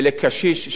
אז איך יצא לו 40?